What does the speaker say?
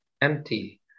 empty